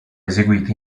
eseguiti